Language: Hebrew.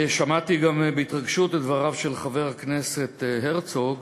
שמעתי בהתרגשות גם את דבריו של חבר הכנסת הרצוג,